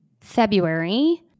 February